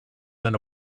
than